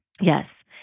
Yes